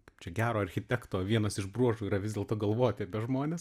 kaip čia gero architekto vienas iš bruožų yra vis dėlto galvoti apie žmones